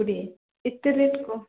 କୋଡ଼ିଏ ଏତେ ରେଟ୍ କ'ଣ